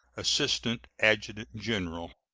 assistant adjutant-general.